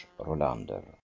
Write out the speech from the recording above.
rolander